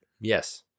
Yes